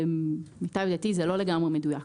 למיטב ידיעתי זה לא לגמרי מדויק.